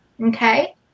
okay